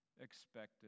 expected